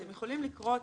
אתם יכולים לקרוא אותן,